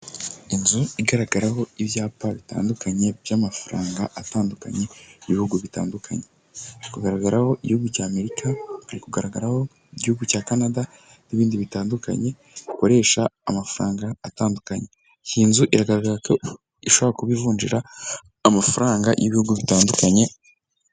Inzu igaragaraho ibyapa bitandukanye by'amafaranga atandukanye, ibihugu bitandukanye. Hari kugaragaraho igihugu cy'Amerika, hari kugaragaraho igihugu cya Canada n'ibindi bitandukanye, bikoresha amafaranga atandukanye. Iyi nzu iragaragara ko ishobora kuba ivunjira amafaranga y'ibihugu bitandukanye...